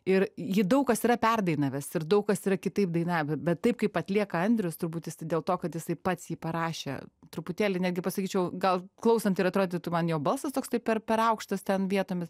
ir jį daug kas yra perdainavęs ir daug kas yra kitaip dainavę bet taip kaip atlieka andrius turbūt jisai dėl to kad jisai pats jį parašė truputėlį netgi pasakyčiau gal klausant ir atrodytų man jo balsas toks per per aukštas ten vietomis